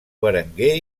berenguer